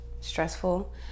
stressful